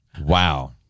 Wow